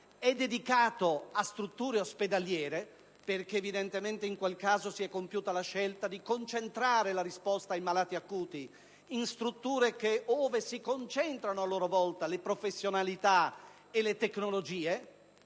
è dedicato a strutture ospedaliere. Ciò è accaduto perché evidentemente in quel caso si è compiuta la scelta di concentrare la risposta ai malati acuti in strutture in cui, concentrandosi a loro volta le professionalità e le tecnologie